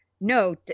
no